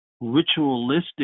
ritualistic